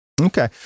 Okay